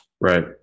Right